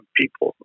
people